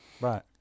right